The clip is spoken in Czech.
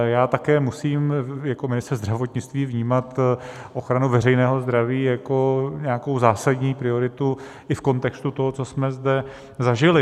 Já také musím jako ministr zdravotnictví vnímat ochranu veřejného zdraví jako zásadní prioritu i v kontextu toho, co jsme zde zažili.